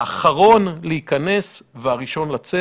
האחרון להיכנס והראשון לצאת.